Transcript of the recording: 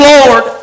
Lord